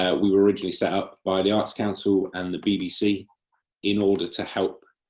ah we were originally set up by the arts council and the bbc in order to help